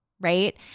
right